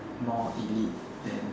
more elite than